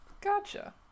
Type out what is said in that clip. Gotcha